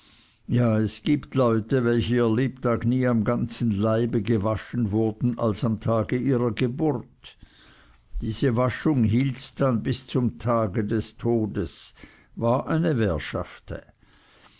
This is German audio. ja es gibt leute welche ihr lebtag nie am ganzen leibe gewaschen wurden als am tage ihrer geburt diese waschung hielts dann bis zum tage des todes war eine währschafte